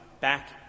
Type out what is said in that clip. back